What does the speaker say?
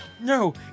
No